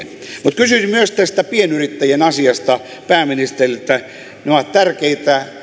mutta kysyisin myös tästä pienyrittäjien asiasta pääministeriltä myös ne ovat tärkeitä